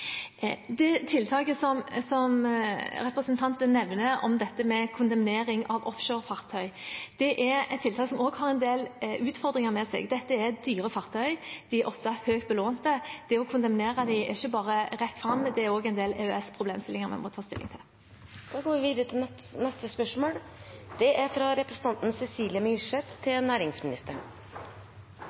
Det tiltaket som representanten nevner om kondemnering av offshorefartøy, er et tiltak som også har en del utfordringer ved seg. Dette er dyre fartøy, og de er ofte høyt belånt. Det å kondemnere dem er ikke bare rett fram, det er også en del EØS-problemstillinger man må ta stilling til. «Det er satt av 25 millioner kroner til en midlertidig tilskuddsordning for reiselivet på Svalbard, men ordningen er